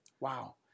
Wow